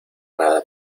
nada